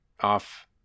off